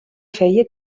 feia